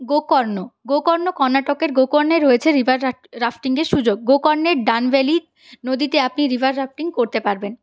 গোকর্ণ গোকর্ণ কর্ণাটকের গোকর্ণে রয়েছে রিভার রাফটিংয়ের সুযোগ গোকর্ণের ডানভেলি নদীতে আপনি রিভার রাফটিং করতে পারবেন